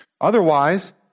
Otherwise